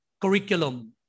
curriculum